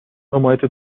حمایت